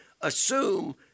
Assume